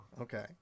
Okay